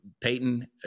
Peyton